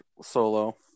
solo